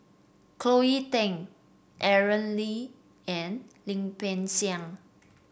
Cleo Thang Aaron Lee and Lim Peng Siang